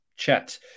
chat